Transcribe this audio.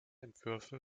entwürfe